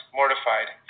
mortified